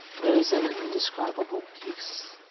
theres an indescribable peace.